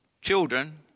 children